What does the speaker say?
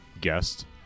guest